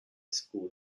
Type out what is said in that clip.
schools